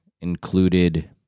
included